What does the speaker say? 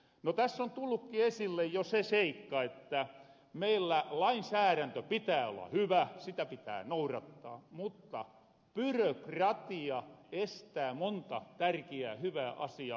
no täs on tulluki esille jo se seikka että meillä lainsäärännön pitää olla hyvä sitä pitää nourattaa mutta byrokratia estää monta tärkiää hyvää asiaa